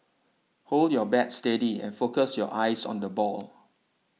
hold your bat steady and focus your eyes on the ball